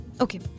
Okay